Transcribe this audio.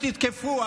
תתקפו,